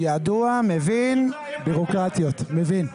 ידוע, מבין, בירוקרטיות, מבין.